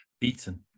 beaten